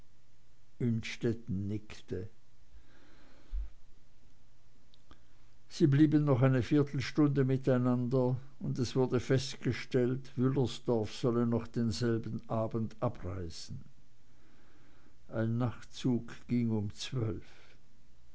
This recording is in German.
innstetten nickte sie blieben noch eine viertelstunde miteinander und es wurde festgestellt wüllersdorf solle noch denselben abend abreisen ein nachtzug ging um zwölf